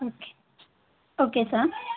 okay okay sir